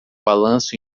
balanço